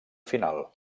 final